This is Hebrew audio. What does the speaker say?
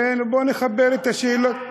ובואו נחבר את השאלות,